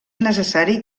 necessari